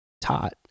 taught